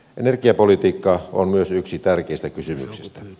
energiapolitiikka on myös yksi tärkeistä kysymyksistä